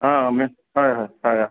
অঁ আমি হয় হয় হয়